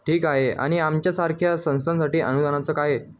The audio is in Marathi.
ठीक आहे आणि आमच्यासारख्या संस्थांसाठी आनुदानाचं काय